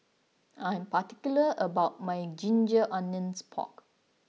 I am particular about my Ginger Onions Pork